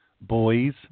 boys